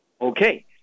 Okay